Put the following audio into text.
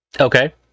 Okay